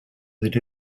that